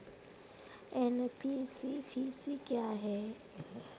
NBFC क्या है?